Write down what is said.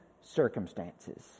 circumstances